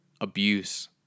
abuse